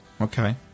Okay